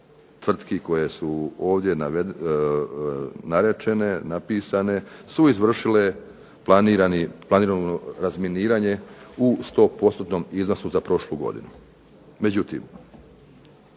tvrtki koje su ovdje narečene, napisane su izvršile planirano razminiranje u odnosu 100%-tnom iznosu za prošlu godinu.